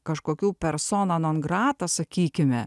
kažkokių persona non grata sakykime